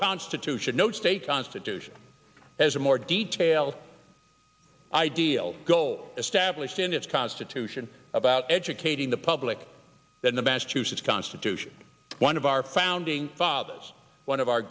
constitution no state constitution as a more detailed ideal goal established in its constitution about educating the public than the massachusetts constitution one of our founding fathers one of our